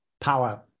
power